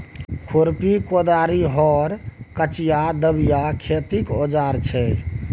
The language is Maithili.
खुरपी, कोदारि, हर, कचिआ, दबिया खेतीक औजार छै